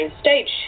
stage